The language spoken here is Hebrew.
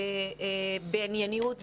בענייניות,